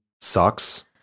sucks